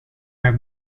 are